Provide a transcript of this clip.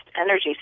energy